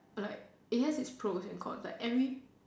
like it has it's pros and cons like every